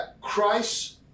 Christ